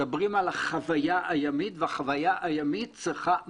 מדברים על החוויה הימית והחוויה הימית צריכה מרינה.